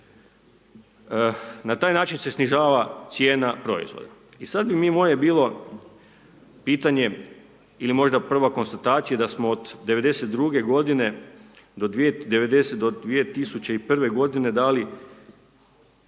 Na taj način se snižava cijena proizvoda. I sad bi mi moje bilo pitanje ili možda prva konstatacija da smo od '92. g. do 2001. dali